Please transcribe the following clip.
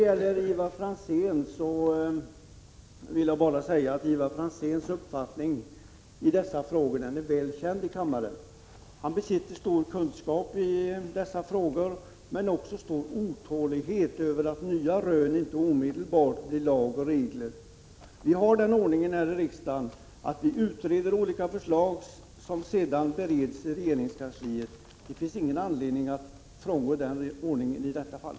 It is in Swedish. Till Ivar Franzén vill jag bara säga att hans uppfattning i dessa frågor är väl känd i kammaren. Han besitter stor kunskap i dessa frågor, men också stor otålighet över att nya rön inte omedelbart blir lagar och regler. Här i riksdagen har vi den ordningen att vi först utreder olika förslag, som sedan bereds i regeringskansliet. Det finns ingen anledning att frångå den ordningen i detta fall.